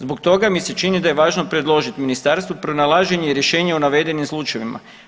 Zbog toga mi se čini da je važno predložiti ministarstvu pronalaženje rješenja o navedenim slučajevima.